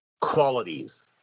qualities